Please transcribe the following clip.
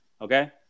Okay